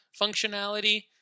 functionality